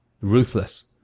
ruthless